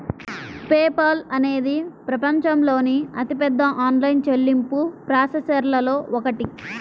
pay Paul అనేది ప్రపంచంలోని అతిపెద్ద ఆన్లైన్ చెల్లింపు ప్రాసెసర్లలో ఒకటి